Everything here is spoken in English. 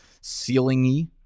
ceiling-y